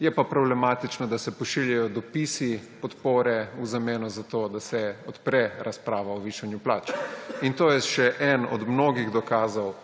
je pa problematično, da se pošiljajo dopisi podpore v zameno za to, da se odpre razprava o višanju plač. To je še eden od mnogih dokazov,